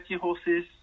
horses